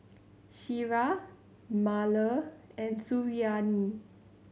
Syirah Melur and Suriani